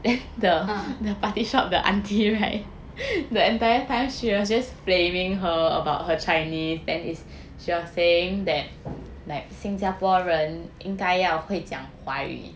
uh